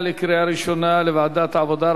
לדיון מוקדם בוועדת העבודה,